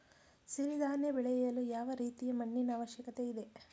ಸಿರಿ ಧಾನ್ಯ ಬೆಳೆಯಲು ಯಾವ ರೀತಿಯ ಮಣ್ಣಿನ ಅವಶ್ಯಕತೆ ಇದೆ?